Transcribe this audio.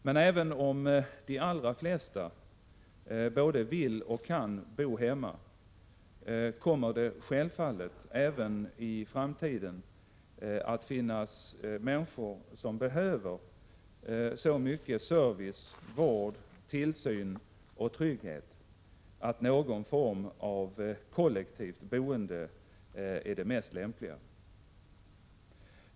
Men även om de allra flesta både vill och kan bo hemma, kommer det självfallet även i framtiden att finnas människor som behöver så mycket service, vård, tillsyn och trygghet att någon form av kollektivt boende är det mest lämpliga.